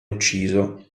ucciso